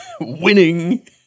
Winning